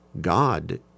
God